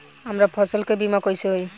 हमरा फसल के बीमा कैसे होई?